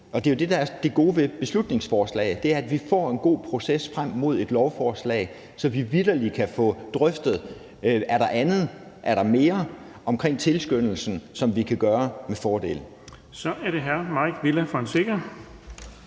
det gode med beslutningsforslag – får en god proces frem mod et lovforslag, så vi vitterlig kan få drøftet, om der er andet og mere i forbindelse med tilskyndelsen, som vi kan gøre med fordel. Kl. 15:25 Den